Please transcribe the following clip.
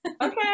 Okay